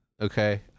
okay